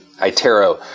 ITERO